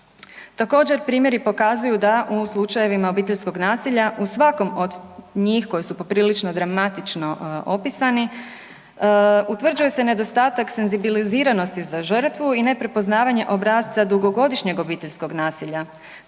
Također primjeri pokazuju da u slučajevima obiteljskog nasilja u svakom od njih koji su poprilično dramatično opisani utvrđuje se nedostatak senzibiliziranosti za žrtvu i neprepoznavanje obrasca dugogodišnjeg obiteljskog nasilja,